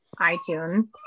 iTunes